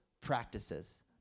practices